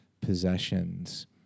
possessions